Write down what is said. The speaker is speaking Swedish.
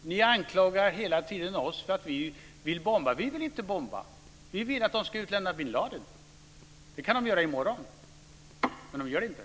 Ni anklagar hela tiden oss för att vi vill bomba. Men vi vill inte bomba! Vi vill att de ska utlämna bin Ladin. Det kan de göra i morgon, men det gör de inte.